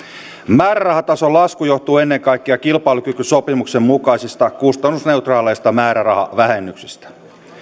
määrärahatason lasku johtuu ennen kaikkea kilpailukykysopimuksen mukaisista kustannusneutraaleista määrärahavähennyksistä